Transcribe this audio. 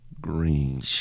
Green